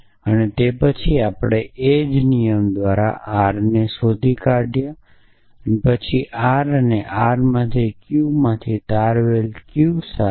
અને તે પછી આપણે એ જ નિયમ દ્વારા Rને શોધી કાઢયા પછી R માંથી Q તારવેલા છે